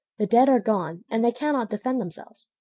the dead are gone and they cannot defend themselves.